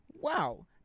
Wow